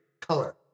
color